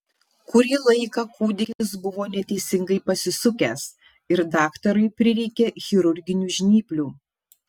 kurį laiką kūdikis buvo neteisingai pasisukęs ir daktarui prireikė chirurginių žnyplių